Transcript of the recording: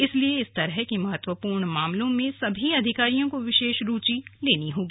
इसलिए इस तरह के महत्वपूर्ण मामलों में सभी अधिकारियों को विशेष रूचि लेनी होगी